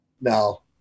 No